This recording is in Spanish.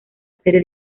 serie